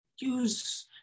use